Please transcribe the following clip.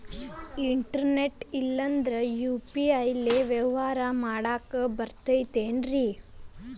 Internet ಇಲ್ಲಂದ್ರ UPI ಲೇ ವ್ಯವಹಾರ ಮಾಡಾಕ ಬರತೈತೇನ್ರೇ?